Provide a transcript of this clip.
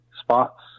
spots